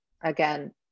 again